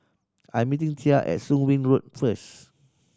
I'm meeting Thea at Soon Wing Road first